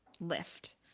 lift